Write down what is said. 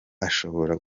ashobora